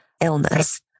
illness